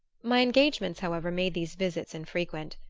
my engagements, however, made these visits infrequent,